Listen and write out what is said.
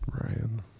ryan